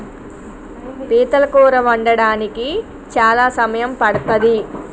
పీతల కూర వండడానికి చాలా సమయం పడ్తది